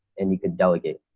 and you can delegate.